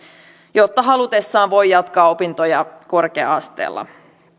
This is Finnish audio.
jotta halutessaan voi jatkaa opintoja korkea asteella